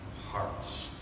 hearts